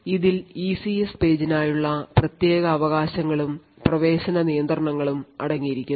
അതിൽ ഇസിഎസ് പേജിനായുള്ള പ്രത്യേകാവകാശങ്ങളും പ്രവേശന നിയന്ത്രണവും അടങ്ങിയിരിക്കുന്നു